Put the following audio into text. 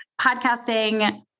podcasting